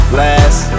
last